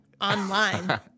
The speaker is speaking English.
online